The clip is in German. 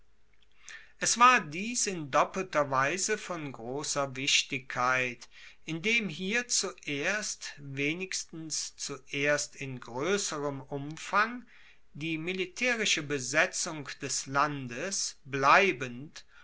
es war dies in doppelter weise von grosser wichtigkeit indem hier zuerst wenigstens zuerst in groesserem umfang die militaerische besetzung des landes bleibend